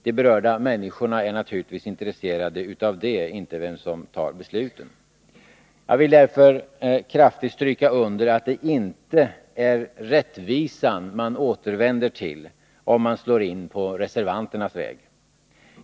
De berörda människorna är naturligtvis intresserade av det — inte av vem som fattar besluten. Jag vill därför kraftigt understryka att det inte är rättvisan man återvänder till om man slår in på reservanternas väg.